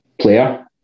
player